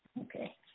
Okay